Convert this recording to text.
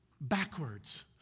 backwards